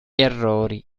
errori